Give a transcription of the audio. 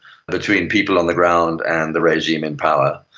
between people on the ground and the regime in power.